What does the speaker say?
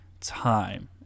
time